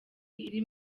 iri